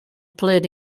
played